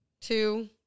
two